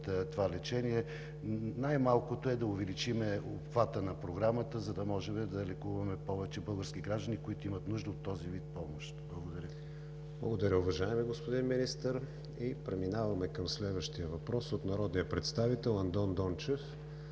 това лечение, най-малкото е да увеличим обхвата на Програмата, за да можем да лекуваме повече български граждани, които имат нужда от този вид помощ. Благодаря Ви. ПРЕДСЕДАТЕЛ КРИСТИАН ВИГЕНИН: Благодаря, уважаеми господин Министър. Преминаваме към следващия въпрос от народния представител Андон Дончев